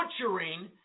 butchering